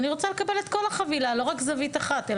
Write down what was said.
אני רוצה לקבל את כל החבילה ולא רק זווית אחת.